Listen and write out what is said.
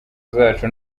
zacu